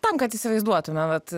tam kad įsivaizduotume vat